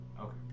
okay